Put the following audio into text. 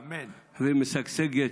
משגשגת,